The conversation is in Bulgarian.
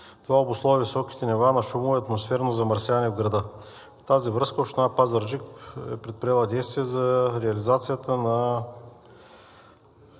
Това обусловя високите нива на шумово и атмосферно замърсяване в града. В тази връзка Община Пазарджик е предприела действие за реализацията на